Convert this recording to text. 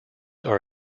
are